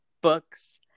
books